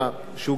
שגם הוא אימץ